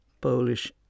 Polish